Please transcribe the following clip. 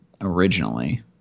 originally